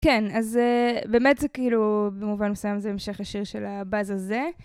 כן, אז באמת זה כאילו במובן מסוים זה המשך השיר של הבאז הזה.